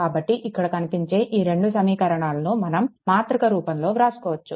కాబట్టి ఇక్కడ కనిపించే ఈ రెండు సమీకరణాలను మనం మాతృక రూపంలో వ్రాసుకోవచ్చు